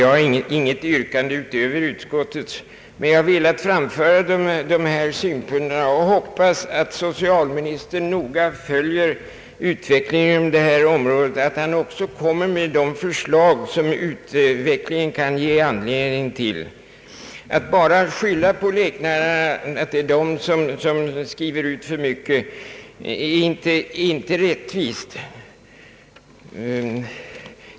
Jag har inget yrkande utöver utskottets, men jag har velat framföra dessa synpunkter. Jag hoppas att socialministern noga följer utvecklingen inom detta område och att han också lägger fram de förslag som ut vecklingen kan ge anledning till. Att bara skylla på läkarna och säga att de skriver ut för mycket medicin är inte rättvist.